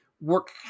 work